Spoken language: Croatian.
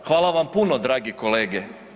Hvala vam puno dragi kolege.